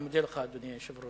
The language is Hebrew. אני מודה לך, אדוני היושב-ראש.